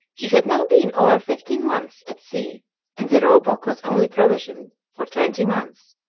he had now been over fifteen months at sea and the roebuck was only provisioned for twenty months,